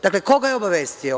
Dakle, ko ga je obavestio?